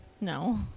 No